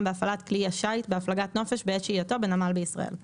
בהפעלת כלי השיט בהפלגת נופש בעת שהייתו בנמל בישראל,